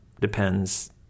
depends